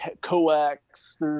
coax